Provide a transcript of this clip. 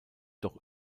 doch